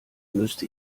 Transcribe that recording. müsste